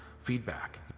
feedback